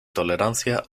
tolerancia